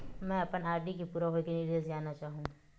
मैं अपन आर.डी के पूरा होये के निर्देश जानना चाहहु